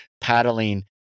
paddling